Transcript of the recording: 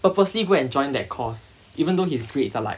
purposely go and join that course even though his grades are like